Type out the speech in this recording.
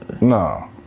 No